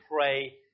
pray